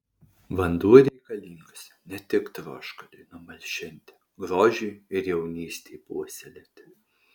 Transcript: vanduo reikalingas ne tik troškuliui numalšinti grožiui ir jaunystei puoselėti